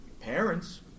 parents